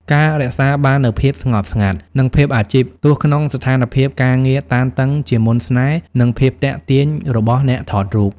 ការរក្សាបាននូវភាពស្ងប់ស្ងាត់ និងភាពអាជីពទោះក្នុងស្ថានភាពការងារតានតឹង ជាមន្តស្នេហ៍ និងភាពទាក់ទាញរបស់អ្នកថតរូប។